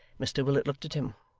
mr willet looked at him,